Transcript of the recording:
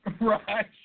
Right